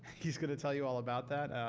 he's going to tell you all about that.